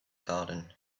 garden